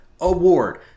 Award